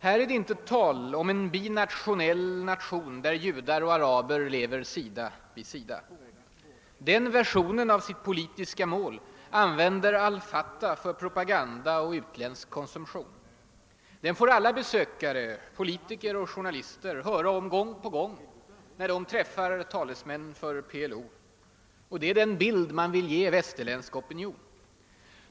Här är det inte tal om en binationell nation där judar och araber lever sida vid sida. Den versionen av sitt politiska mål använder al Fatah för propaganda och utländsk konsumtion. Den får alla besökare — politiker och journalister — höra om gång på gång när de träffar talesmän för PLO. Det är den bild man vill ge västerländsk opinion.